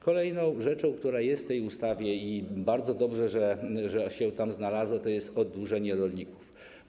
Kolejna rzecz, która jest w tej ustawie, i bardzo dobrze, że się tam znalazła, to jest oddłużenie rolników.